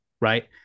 right